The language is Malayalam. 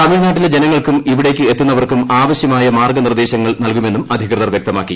തമിഴ്നാട്ടിലെ ജനങ്ങൾക്കും ഇവിടേക്ക് എത്തുന്നവർക്കും ആവശ്യമായ മാർഗ നിർദേശങ്ങൾ നൽകുമെന്നും അധികൃതർ വൃക്തമാക്കി